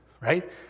Right